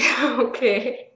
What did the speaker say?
Okay